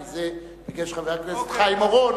כי את זה ביקש חבר הכנסת חיים אורון,